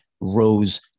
rose